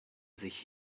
sich